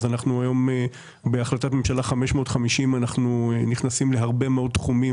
אז היום אנחנו בהחלטת ממשלה 550 אנחנו נכנסים להרבה מאוד תחומים,